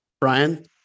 brian